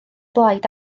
blaid